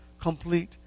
complete